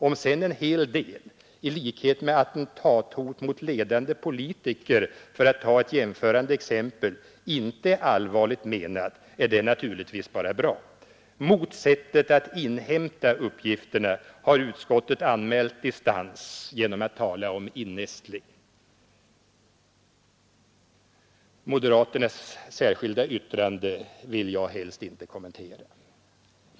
Om sedan en hel del av hotelserna — i likhet med attentathot mot ledande politiker, för att ta ett jämförande exempel — inte är allvarligt menade, så är detta naturligtvis bara bra. Mot sättet att inhämta uppgifterna har utskottet anmält distans genom att tala om innästling. Moderaternas särskilda yttrande vill jag helst inte kommentera.